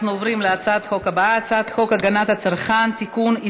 אנחנו עוברים להצעת החוק הבאה: הצעת חוק הגנת הצרכן (תיקון,